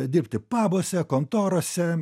dirbti pabuose kontorose